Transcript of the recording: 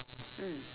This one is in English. mm